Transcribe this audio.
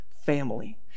family